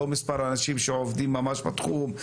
לא מספר האנשים שעובדים ממש בתחום,